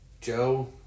Joe